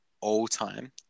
all-time